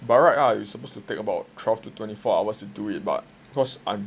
by right ah you supposed to take about twelve to twenty four hours to do it but because I'm